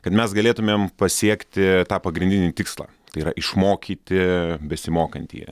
kad mes galėtumėm pasiekti tą pagrindinį tikslą tai yra išmokyti besimokantįjį